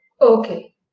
Okay